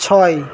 ছয়